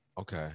Okay